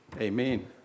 Amen